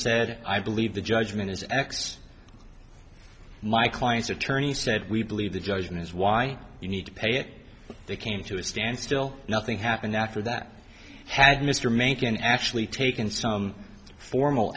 said i believe the judgment is x my client's attorney said we believe the judgment is why you need to pay it they came to a standstill nothing happened after that had mr mayne can actually take in some formal